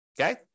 okay